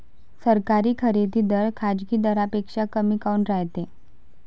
सरकारी खरेदी दर खाजगी दरापेक्षा कमी काऊन रायते?